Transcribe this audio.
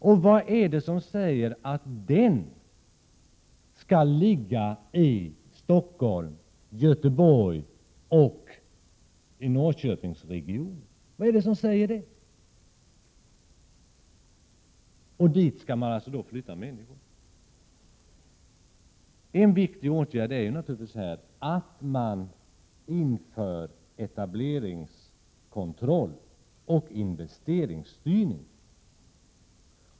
Och vad är det som säger att den skall ligga i Stockholm, Göteborg och i Norrköpingsregionen? Dit skall man alltså flytta människor. En viktig åtgärd är att införa etableringskontroll och investeringsstyrning.